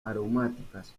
aromáticas